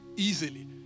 Easily